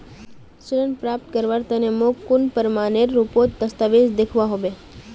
ऋण प्राप्त करवार तने मोक कुन प्रमाणएर रुपोत दस्तावेज दिखवा होबे?